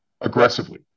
aggressively